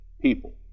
people